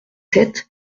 sept